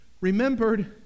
remembered